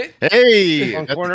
Hey